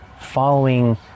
following